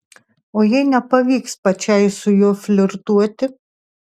o jei nepavyks pačiai su juo flirtuoti